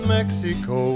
Mexico